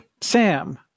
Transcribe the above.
Sam